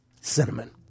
Cinnamon